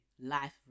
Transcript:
life